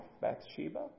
Bathsheba